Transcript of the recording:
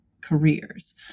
careers